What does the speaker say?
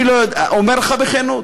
אני אומר לך בכנות,